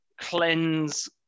cleanse